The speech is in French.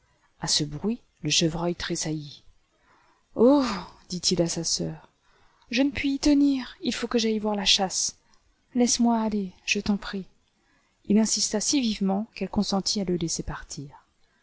a ce bruit le chevreuil tressaillit i oh dit-il à sa sœur je ne puis y tenir il faut que j'aille voir la chasse laisse-moi aller je t'en jj prie il insista si vivement qu'elle consentit à le laisser partir